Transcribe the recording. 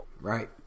Right